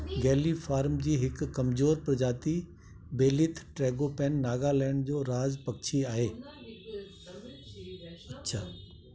galliform जी हिकु कमजोर प्रजाति बेलीथ ट्रैगोपैन नागालैंड जो राज पखी आहे